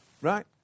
right